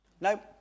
No